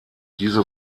diese